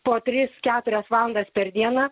po tris keturias valandas per dieną